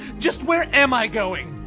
just where am i going?